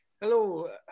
Hello